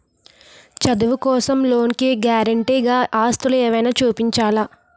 చదువు కోసం లోన్ కి గారంటే గా ఆస్తులు ఏమైనా చూపించాలా?